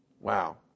Wow